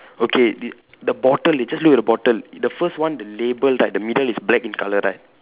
okay the the bottle you just look at the bottle the first one the label right the middle is black in colour right